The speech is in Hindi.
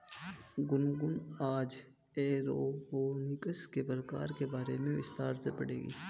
गुनगुन आज एरोपोनिक्स के प्रकारों के बारे में विस्तार से पढ़ेगी